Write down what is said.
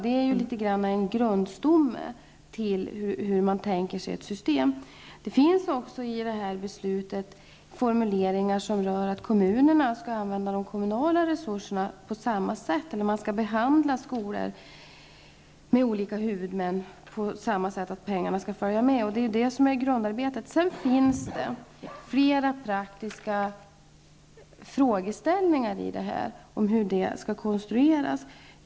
Det är något av grundstommen till det system man tänker sig. I beslutet finns också formuleringar som gäller att kommunerna skall använda de kommunala resurserna på samma sätt. Man skall behandla skolor med olika huvudmän på samma sätt -- pengarna skall följa med. Detta är grunden, och sedan finns flera praktiska frågeställningar kring hur detta skall konstrueras.